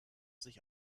sich